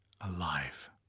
alive